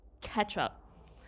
ketchup